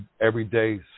everyday